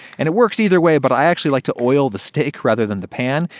and it works either way, but i actually like to oil the steak, rather than the pan.